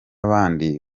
bandi